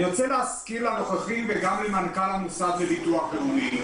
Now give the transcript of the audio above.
אני רוצה להזכיר לנוכחים וגם למנכ"ל המוסד לביטוח הלאומי,